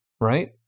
right